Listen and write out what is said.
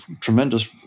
tremendous